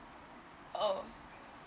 oh